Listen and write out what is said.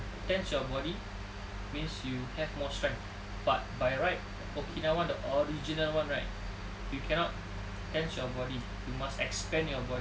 tense your body means you have more strength but by right okinawa the original one right you cannot tense your body you must expand your body